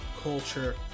culture